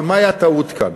אבל מה הייתה הטעות כאן?